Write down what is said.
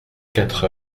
quatre